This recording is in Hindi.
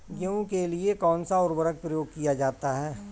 गेहूँ के लिए कौनसा उर्वरक प्रयोग किया जाता है?